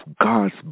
God's